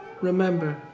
Remember